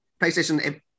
PlayStation